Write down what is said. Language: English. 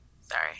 Sorry